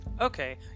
Okay